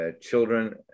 children